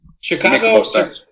Chicago